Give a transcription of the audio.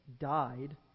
died